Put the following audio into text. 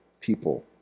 people